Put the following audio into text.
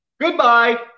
Goodbye